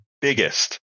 biggest